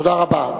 תודה רבה.